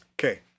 Okay